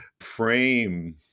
frame